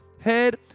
head